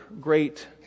great